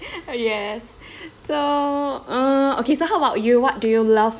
yes so uh okay so how about you what do you love